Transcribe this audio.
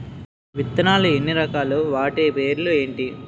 విత్తనాలు ఎన్ని రకాలు, వాటి పేర్లు ఏంటి?